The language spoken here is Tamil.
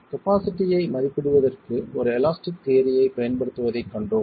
கப்பாசிட்டியை மதிப்பிடுவதற்கு ஒரு எலாஸ்டிக் தியரியைப் பயன்படுத்துவதைக் கண்டோம்